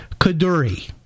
Kaduri